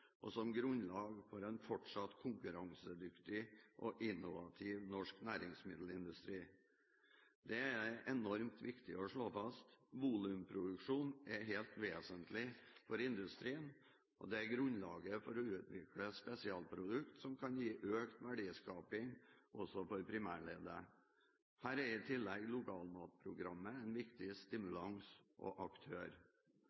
og som grunnlag for en fortsatt konkurransedyktig og innovativ norsk næringsmiddelindustri. Dette er det enormt viktig å slå fast. Volumproduksjon er helt vesentlig for industrien, og det er grunnlaget for å utvikle spesialprodukt som kan gi økt verdiskaping også for primærleddet. Her er i tillegg Lokalmatprogrammet en viktig